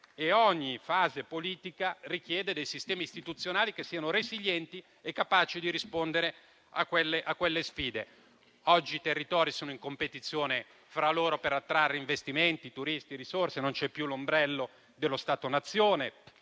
ogni fase politica richiede sistemi istituzionali resilienti e capaci di rispondere a quelle sfide. Oggi i territori sono in competizione fra loro per attrarre investimenti, turisti, risorse. Non c'è più l'ombrello dello Stato nazione;